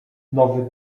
nowy